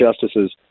justices